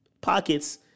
pockets